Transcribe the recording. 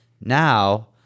Now